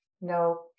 no